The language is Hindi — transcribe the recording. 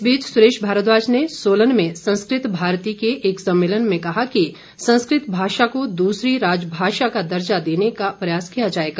इस बीच सुरेश भारद्वाज ने सोलन में संस्कृत भारती के एक सम्मेलन में कहा कि संस्कृत भाषा को दूसरी राजभाषा का दर्जा देने का प्रयास किया जाएगा